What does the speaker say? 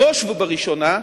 בראש ובראשונה,